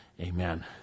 Amen